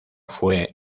fue